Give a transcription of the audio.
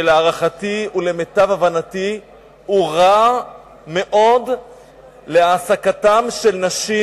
שלהערכתי ולמיטב הבנתי הוא רע מאוד להעסקתן של נשים,